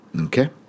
Okay